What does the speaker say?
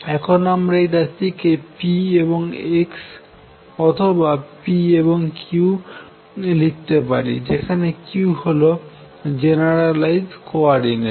এখন আমরা এই রাশিকে p এবং x অথবা p এবং q লিখতে পারি যেখানে q হল জেনার্যালাইজড কোওরডিনেট